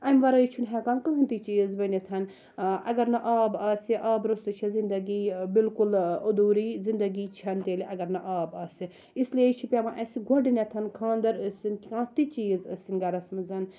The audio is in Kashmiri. امہِ وَرٲے چھُ نہٕ ہیٚکان کٕہٕنۍ تہِ چیٖز بٔنِتھ اَگَر نہٕ آب آسہِ آبہٕ روٚستُے چھِ زِندَگی بِلکُل ادوٗری زِنٛدَگی چھَنہٕ تیٚلہِ اَگَر نہٕ آب آسہِ اِسلیے چھ پیٚوان اَسہِ گۄڈنیٚتھ خانٛدَر ٲسٕنۍ کانٛہہ تہِ چیٖز ٲسٕنۍ گَرَس مَنٛز